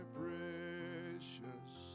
precious